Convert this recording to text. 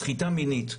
סחיטה מינית,